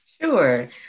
sure